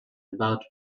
about